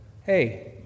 hey